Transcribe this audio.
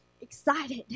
excited